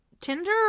tinder